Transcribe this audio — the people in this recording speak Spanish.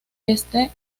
este